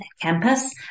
campus